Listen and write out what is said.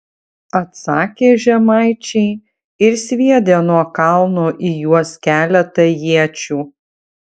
atsakė žemaičiai ir sviedė nuo kalno į juos keletą iečių